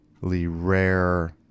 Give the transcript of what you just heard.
rare